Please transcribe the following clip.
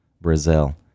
Brazil